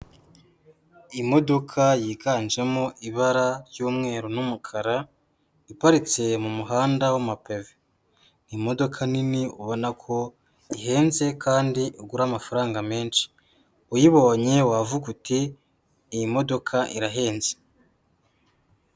Imodoka yiganjemo ibara ry'umweru n'umukara, iparitse mu muhanda w'amapave, ni imodoka nini ubona ko ihenze kandi igura amafaranga menshi, uyibonye wavuga uti iyi modoka irahenze.